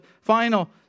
final